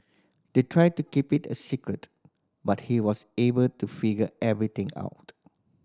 they tried to keep it a secret but he was able to figure everything out